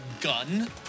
gun